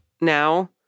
now